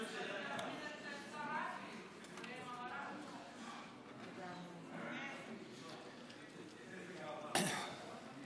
כל הכבוד,